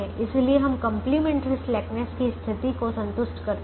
इसलिए हम complementary slackness की स्थिति को संतुष्ट करते हैं